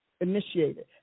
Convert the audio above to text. initiated